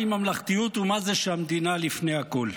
מהי ממלכתיות, ומה זה כשהמדינה לפני הכול.